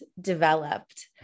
developed